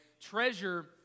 Treasure